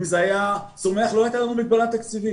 אם זה היה צומח לא הייתה לנו מגבלה תקציבית.